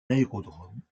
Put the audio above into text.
aérodrome